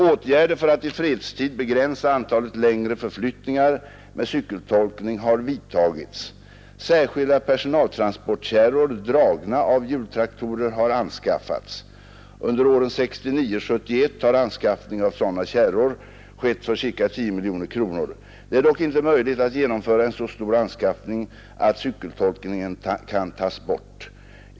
Åtgärder för att i fredstid begränsa antalet längre förflyttningar med cykeltolkning har vidtagits. Särskilda personaltransportkärror dragna av hjultraktorer har anskaffats. Under åren 1969—1971 har anskaffning av sådana kärror skett för ca 10 miljoner kronor. Det är dock inte möjligt att genomföra en så stor anskaffning att cykeltolkningen kan tas bort.